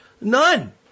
None